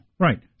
Right